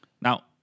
Now